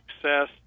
success